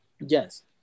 yes